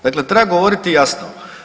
Dakle, treba govoriti jasno.